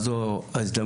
אז זאת ההזדמנות,